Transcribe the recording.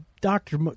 Doctor